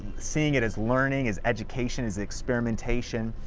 seeing it as learning, as education, as experimentation,